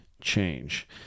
change